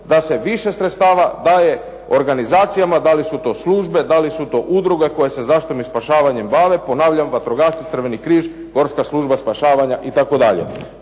da se više sredstava daje organizacijama, da li su to službe, da li su to udruge koje se zaštitom i spašavanjem bave. Ponavljam, vatrogasci, Crveni križ, Gorska služba spašavanja itd.